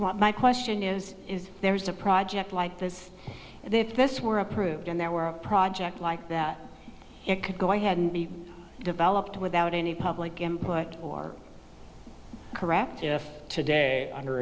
want my question is is there's a project like this and if this were approved and there were a project like that it could go ahead and be developed without any public input or correct if today under